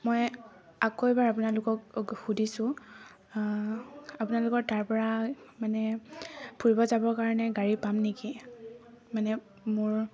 মই আকৌ এবাৰ আপোনালোকক সুধিছোঁ আপোনালোকৰ তাৰ পৰা মানে ফুৰিব যাব কাৰণে গাড়ী পাম নেকি মানে মোৰ